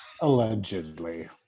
Allegedly